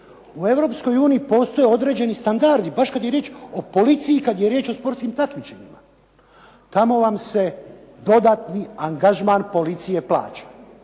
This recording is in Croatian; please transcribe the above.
uniji postoje određeni standardi baš kada je riječ o policiji, kada je riječ o sportskim takmičenjima. Tamo vam se dodatni angažman policije plaća.